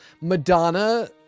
madonna